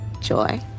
joy